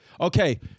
Okay